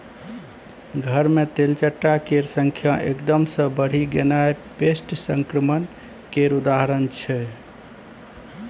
घर मे तेलचट्टा केर संख्या एकदम सँ बढ़ि गेनाइ पेस्ट संक्रमण केर उदाहरण छै